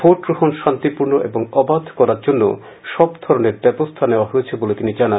vote গ্রহণ শান্তিপূর্ণ ও অবাধ করা জন্য সব ধরনের ব্যবস্থা নেওয়া হয়েছে বলে তিনি জানান